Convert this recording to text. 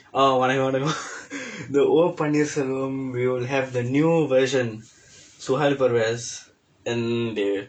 oh vanakkam வணக்கம்:vanakkam vanakkam the o pannerselvam they will have the new version suhail peres and they